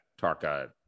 Tarka